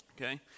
okay